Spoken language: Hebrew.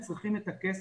הם צריכים את הכסף.